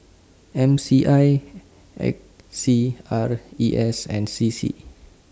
M C I A C R E S and C C